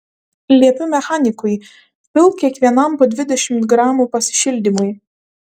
liepiu mechanikui pilk kiekvienam po dvidešimt gramų pasišildymui